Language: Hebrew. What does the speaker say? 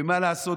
ומה לעשות,